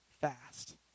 fast